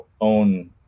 own